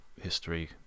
history